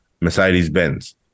mercedes-benz